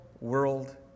world